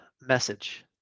message